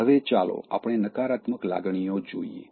હવે ચાલો આપણે નકારાત્મક લાગણીઓ જોઈએ